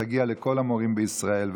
תגיע לכל המורים בישראל,